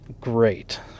great